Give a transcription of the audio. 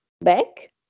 back